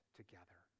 together